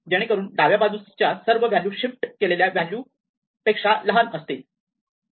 जेणेकरून डाव्या बाजूच्या सर्व व्हॅल्यू शिफ्ट केलेल्या व्हॅल्यू पेक्षा लहान असतील